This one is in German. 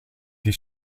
die